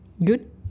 Good